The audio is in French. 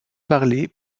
parler